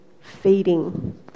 feeding